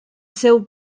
seu